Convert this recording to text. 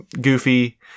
goofy